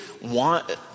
want